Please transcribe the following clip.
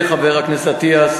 העירייה, העירייה.